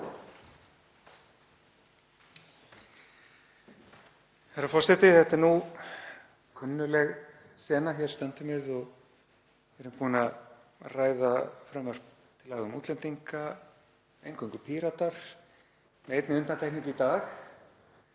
Herra forseti. Þetta er nú kunnugleg sena: Hér stöndum við og erum búin að ræða frumvarp til laga um útlendinga, eingöngu Píratar, með einni undantekningu í dag,